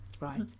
Right